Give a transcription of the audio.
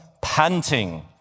panting